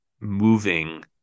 moving